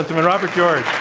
robert george.